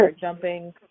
jumping